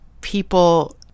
people